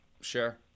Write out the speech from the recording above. Sure